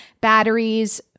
batteries